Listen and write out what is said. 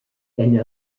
and